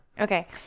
Okay